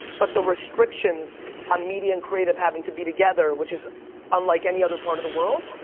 but the restrictions on media and creative having to be together, which is unlike any other part of the world,